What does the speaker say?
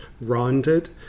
rounded